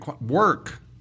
work